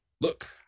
look